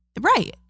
Right